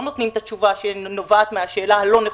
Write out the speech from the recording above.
לא נותנים את התשובה שנובעת מהשאלה הלא נכונה.